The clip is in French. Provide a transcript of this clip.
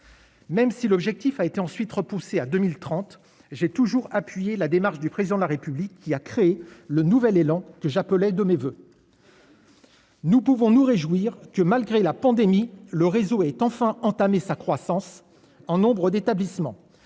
Même si l'objectif a été ensuite repoussée à 2030, j'ai toujours appuyé la démarche du président de la République qui a créé le nouvel élan que j'appelais de mes voeux. Nous pouvons nous réjouir que malgré la pandémie, le réseau est enfin entamer sa croissance en nombre d'établissements